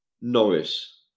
Norris